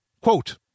Quote